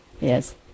Yes